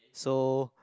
so